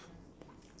then